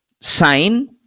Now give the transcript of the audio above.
sign